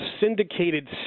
syndicated